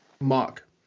mark